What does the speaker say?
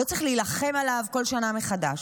לא צריך להילחם עליו בכל שנה מחדש.